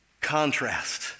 contrast